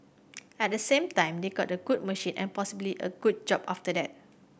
at the same time they got a good machine and possibly a good job after that